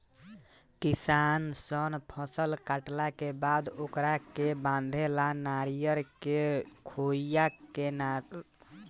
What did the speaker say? किसान सन फसल काटला के बाद ओकरा के बांधे ला नरियर के खोइया से बनल रसरी के इस्तमाल करेले सन